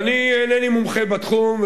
ואני אינני מומחה בתחום,